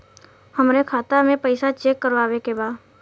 हमरे खाता मे पैसा चेक करवावे के बा?